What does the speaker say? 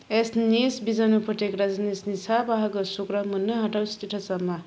एस्टनिश बिजानु फोथैग्रा जिनिसनि सा बाहागो सुग्रानि मोन्नो हाथाव स्टेटासा मा